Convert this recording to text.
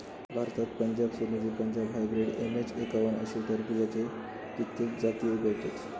भारतात पंजाब सोनेरी, Punjab hybrid, MH एक्कावन्न अशे खरबुज्याची कित्येक जाती उगवतत